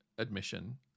Admission